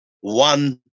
one